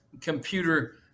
computer